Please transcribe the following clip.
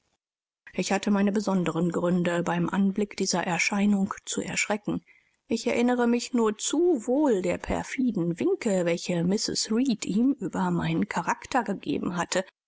ich hatte meine besonderen gründe beim anblick dieser erscheinung zu erschrecken ich erinnere mich nur zu wohl der perfiden winke welche mrs reed ihm über meinen charakter gegeben hatte